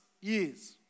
years